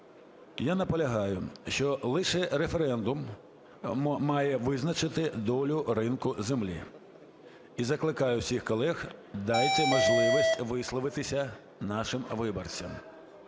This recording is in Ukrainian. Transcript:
Я наполягаю, що лише референдум має визначити долю ринку землі. І закликаю всіх колег, дайте можливість висловитися нашим виборцям.